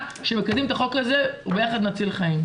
שמקדמים את החוק הזה וביחד נציל חיים.